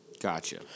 Gotcha